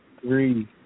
Three